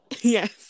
yes